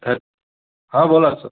हॅ हां बोला सर